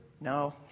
No